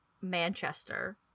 Manchester